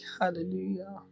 hallelujah